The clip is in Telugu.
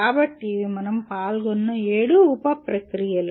కాబట్టి ఇవి మనం పాల్గొన్న ఏడు ఉప ప్రక్రియలు